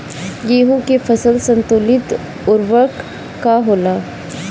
गेहूं के फसल संतुलित उर्वरक का होला?